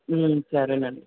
సరేనండి